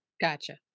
Gotcha